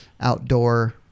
outdoor